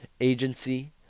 Agency